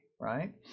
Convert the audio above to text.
right